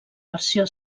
versió